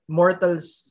mortals